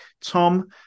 Tom